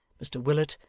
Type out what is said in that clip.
mr willet,